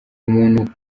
umuntu